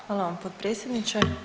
Hvala vam potpredsjedniče.